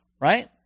right